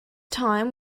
time